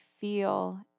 feel